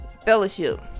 Fellowship